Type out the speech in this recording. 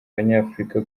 abanyafurika